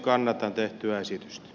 kannatan tehtyä esitystä